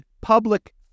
public